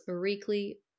weekly